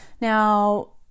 Now